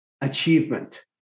achievement